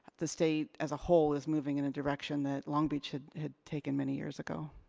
the state as a whole is moving in a direction that long beach had had taken many years ago.